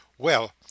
Well